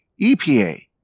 EPA